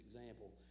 example